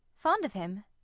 fond of him?